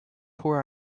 tore